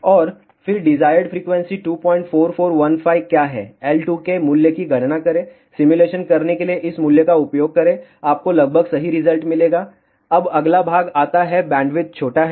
और फिर desired frequency 24415 क्या है L2 के मूल्य की गणना करें सिमुलेशन करने के लिए इस मूल्य का उपयोग करें आपको लगभग सही रिजल्ट मिलेगा अब अगला भाग आता है बैंडविड्थ छोटा है